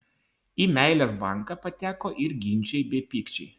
į meilės banką pateko ir ginčai bei pykčiai